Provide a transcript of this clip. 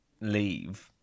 leave